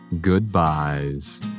goodbyes